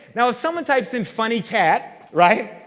now if someone types in funny cat, right?